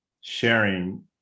sharing